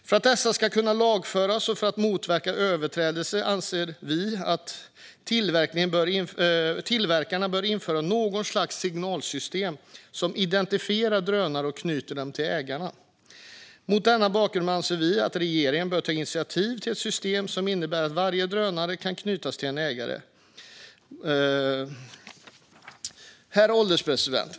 För att detta ska kunna lagföras och för att motverka överträdelser anser vi att tillverkarna bör införa något slags signalsystem som identifierar drönaren och knyter den till ägaren. Mot denna bakgrund anser vi att regeringen bör ta initiativ till ett system som innebär att varje drönare kan knytas till en ägare. Herr ålderspresident!